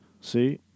See